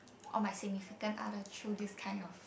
or my significant other through this kind of